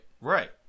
right